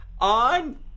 On